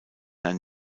ein